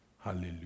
Hallelujah